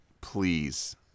please